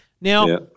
Now